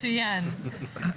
מצוין.